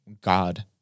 God